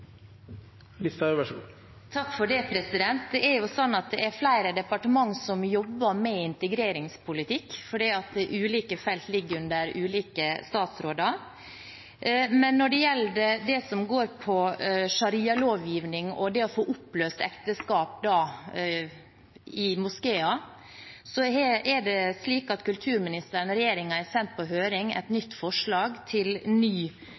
Det er flere departement som jobber med integreringspolitikk, fordi ulike felt ligger under ulike statsråder, men når det gjelder det som går på sharialovgivning og det å få oppløst ekteskap i moskeer, er det slik at kulturministeren og regjeringen har sendt på høring et forslag til ny